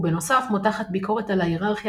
ובנוסף מותחת ביקורת על ההיררכיה